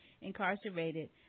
incarcerated